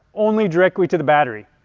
only directly to the battery.